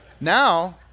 Now